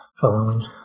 following